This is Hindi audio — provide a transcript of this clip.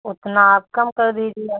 उतना आप कम कर दीजिए